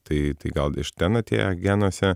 tai tai gal iš ten atėjo genuose